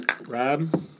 Rob